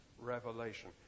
revelation